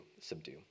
subdue